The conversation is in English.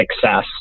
success